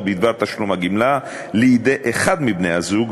בדבר תשלום הגמלה לידי אחד מבני-הזוג,